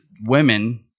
women